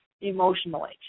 emotionally